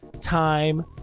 time